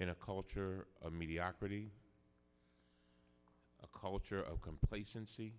in a culture of mediocrity a culture of complacency